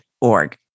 org